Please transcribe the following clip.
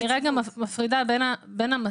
אני לרגע מפרידה בין המסלולים.